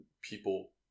people